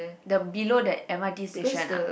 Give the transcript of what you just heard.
the below that m_r_t station ah